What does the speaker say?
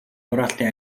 хураалтын